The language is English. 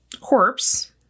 corpse